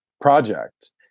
project